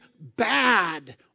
bad